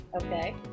Okay